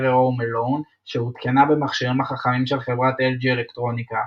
Home Alone שהותקנה במכשירים החכמים של חברת LG אלקטרוניקה.